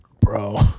Bro